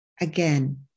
Again